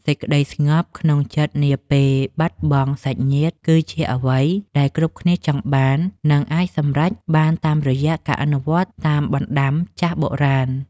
សេចក្តីស្ងប់ក្នុងចិត្តនាពេលបាត់បង់សាច់ញាតិគឺជាអ្វីដែលគ្រប់គ្នាចង់បាន និង អាចសម្រេចបានតាមរយៈការអនុវត្តតាមបណ្តាំចាស់បុរាណ។